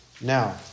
now